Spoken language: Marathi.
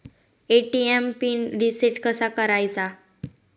ए.टी.एम पिन रिसेट कसा करायचा?